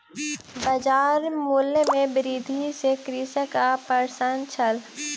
बजार मूल्य में वृद्धि सॅ कृषक अप्रसन्न छल